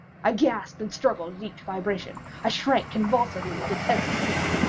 i gasped and struggled at each vibration. i shrunk convulsively at its every sweep.